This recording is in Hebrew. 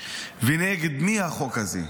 ונגד מי החוק הזה.